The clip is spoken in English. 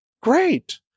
great